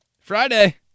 Friday